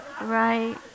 Right